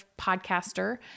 podcaster